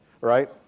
right